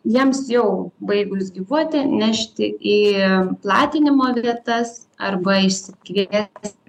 jiems jau baigus gyvuoti nešti į platinimo vietas arba išsikviesti